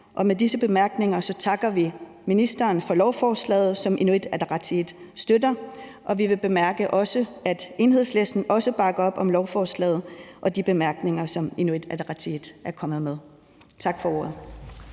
om. Med disse bemærkninger takker vi ministeren for lovforslaget, som Inuit Ataqatigiit støtter, og vi skal også meddele, at Enhedslisten også bakker op om lovforslaget og de bemærkninger, som Inuit Ataqatigiit er kommet med. Tak for ordet.